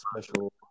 special